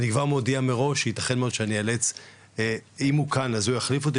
אני כבר מודיע מראש שייתכן מאוד שאם הוא כאן הוא גם יחליף אותי,